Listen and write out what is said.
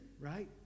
right